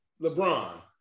LeBron